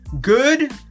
good